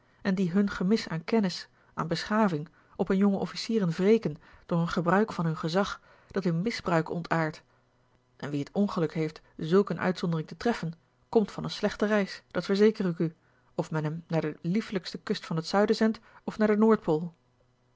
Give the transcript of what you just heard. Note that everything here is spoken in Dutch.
en die hun gemis aan kennis aan beschaving op hun jonge officieren wreken door een gebruik van hun gezag dat in misbruik ontaardt en wie het ongeluk heeft zulk eene uitzondering te treffen komt van eene slechte reis dat verzeker ik u of men hem naar de liefelijkste kust van t zuiden zendt of naar de